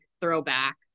throwback